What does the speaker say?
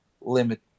limit